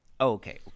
Okay